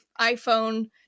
iPhone